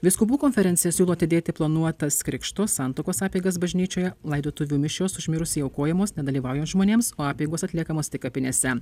vyskupų konferencija siūlo atidėti planuotas krikšto santuokos apeigas bažnyčioje laidotuvių mišios už mirusįjį aukojamos nedalyvaujant žmonėms o apeigos atliekamos tik kapinėse